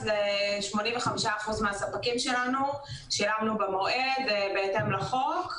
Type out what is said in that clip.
ל-85% מהספקים שלנו שילמנו במועד בהתאם לחוק.